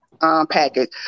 package